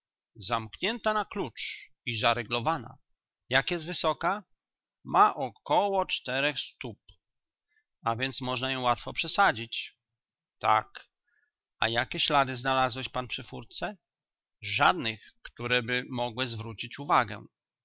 zamknięta na klucz i zaryglowana jak jest wysoka ma około ch stóp a więc można ją łatwo przesadzić tak a jakie ślady znalazłeś pan przy furtce żadnych któreby mogły zwrócić uwagę